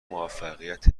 موفقیت